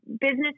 business